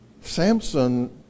Samson